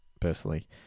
personally